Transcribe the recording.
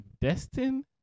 Destin